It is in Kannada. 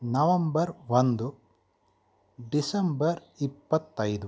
ನವಂಬರ್ ಒಂದು ಡಿಸೆಂಬರ್ ಇಪ್ಪತ್ತೈದು